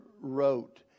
wrote